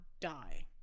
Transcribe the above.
die